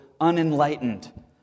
unenlightened